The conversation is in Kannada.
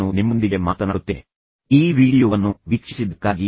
ಜೀವನ ಮತ್ತು ಅದು ನಿಮ್ಮನ್ನು ಪರಿಣಾಮಕಾರಿ ಸಂವಹನಕಾರರಾಗಿ ಅಭಿವೃದ್ಧಿಪಡಿಸಲು ಸಹಾಯ ಮಾಡುತ್ತದೆ